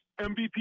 MVP